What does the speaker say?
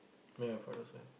I bet your father also have